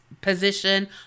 position